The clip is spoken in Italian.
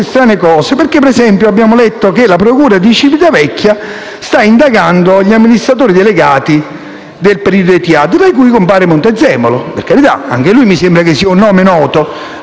strane cose. Ad esempio, abbiamo letto che la procura di Civitavecchia sta indagando gli amministratori delegati del periodo Etihad, tra cui compare Montezemolo. Per carità, anche lui mi sembra che sia un nome noto: